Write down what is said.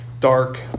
Dark